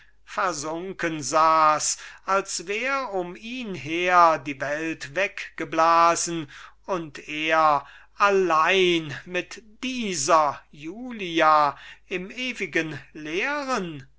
versunken saß als wär um ihn her die welt weggeblasen und er allein mit dieser julia im ewigen leeren